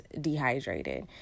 dehydrated